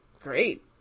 great